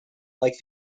like